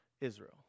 Israel